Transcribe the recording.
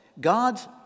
God's